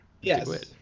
yes